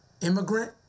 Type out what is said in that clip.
immigrant